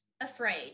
afraid